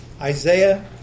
Isaiah